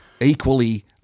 equally